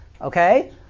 Okay